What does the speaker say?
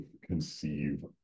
conceive